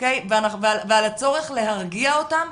ועל הצורך להרגיע אותם.